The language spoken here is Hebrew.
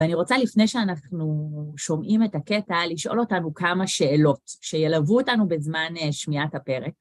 ואני רוצה לפני שאנחנו שומעים את הקטע, לשאול אותנו כמה שאלות שילוו אותנו בזמן שמיעת הפרק.